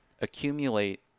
accumulate